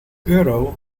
euro